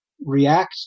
react